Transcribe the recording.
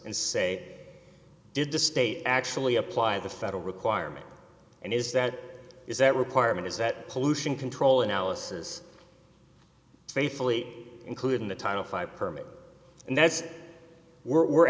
and say did the state actually apply the federal requirement and is that is that requirement is that pollution control analysis faithfully included in the title five permit and that's we're